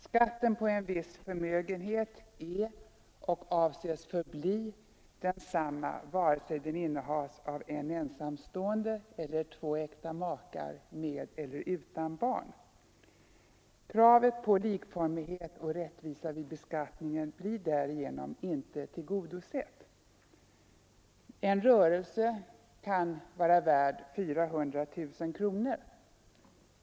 Skatten på en viss förmögenhet är — och avses förbli — densamma vare sig förmögenheten innehas av en ensamstående eller av två äkta makar med eller utan barn. Kravet på likformighet och rättvisa vid beskattningen blir därigenom inte tillgodosett. En rörelse kan vara värd 400 000 kronor.